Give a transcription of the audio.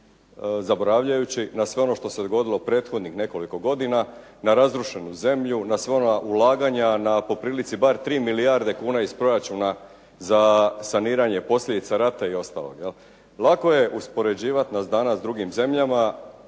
zaboravljajući na sve ono što se dogodilo prethodnih nekoliko godina na razrušenu zemlju, na sva ona ulaganja, na po prilici bar 3 milijarde kuna iz proračuna za saniranje posljedica rata i ostalog. Lako je uspoređivat nas danas s drugim zemljama,